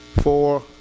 Four